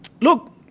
Look